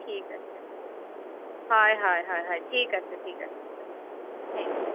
ঠিক আছে হয় হয় হয় হয় ঠিক আছে ঠিক আছে থেংক ইউ